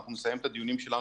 אנחנו נסיים את הדיונים שלנו.